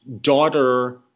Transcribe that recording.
daughter